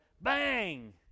bang